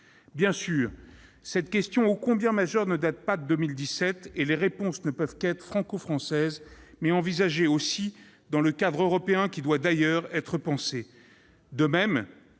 Bien sûr, cette question ô combien majeure ne date pas de 2017, et les réponses ne peuvent être franco-françaises ; il faut les envisager aussi dans le cadre européen, qui doit, d'ailleurs, être repensé.